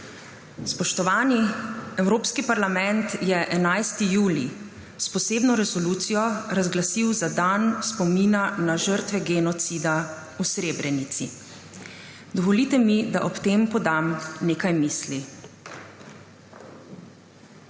Spoštovani, Evropski parlament je 11. julij s posebno resolucijo razglasil za dan spomina na žrtve genocida v Srebrenici. Dovolite mi, da ob tem podam nekaj misli.